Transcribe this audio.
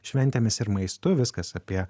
šventėmis ir maistu viskas apie